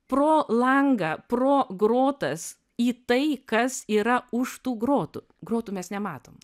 pro langą pro grotas į tai kas yra už tų grotų grotų mes nematom